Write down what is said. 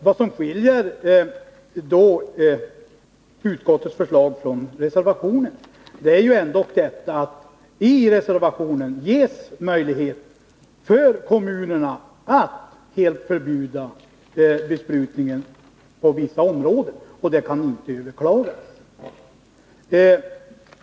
Vad som skiljer utskottets förslag från reservationen är ju ändå att det enligt reservationen ges möjlighet för kommunerna att helt förbjuda besprutning på vissa områden, och detta kan inte överklagas.